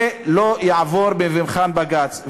זה לא יעבור במבחן בג"ץ.